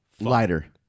Lighter